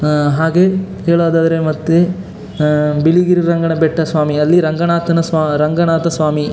ಹಾಗೇ ಹೇಳೋದಾದರೆ ಮತ್ತು ಬಿಳಿಗಿರಿ ರಂಗನಬೆಟ್ಟ ಸ್ವಾಮಿ ಅಲ್ಲಿ ರಂಗನಾಥನ ಸ್ವಾ ರಂಗನಾಥ ಸ್ವಾಮಿ